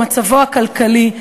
מצבו הכלכלי,